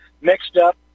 mixed-up